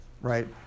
right